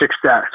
success